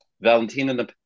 Valentina